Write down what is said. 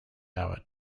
hour